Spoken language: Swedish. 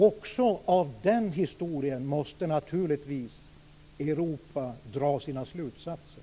Också av den historien måste Europa naturligtvis dra sina slutsatser.